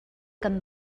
kan